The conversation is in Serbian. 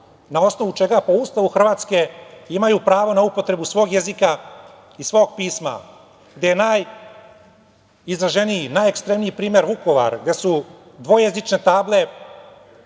na osnovu čega po Ustavu Hrvatske imaju pravo na upotrebu svog jezika i svog pisma, gde je najizraženiji i najekstremniji primer Vukovar, gde su dvojezične table